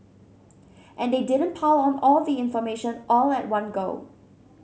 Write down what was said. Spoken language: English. and they didn't pile on all the information all at one go